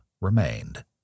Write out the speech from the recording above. remained